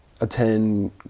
attend